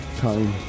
time